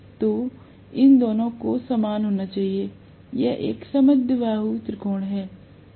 तो इन दोनो को समान होना चाहिए यह एक समद्विबाहु त्रिकोण है